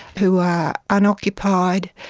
who are unoccupied,